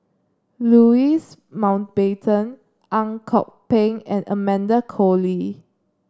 Louis Mountbatten Ang Kok Peng and Amanda Koe Lee